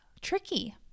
tricky